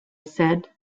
said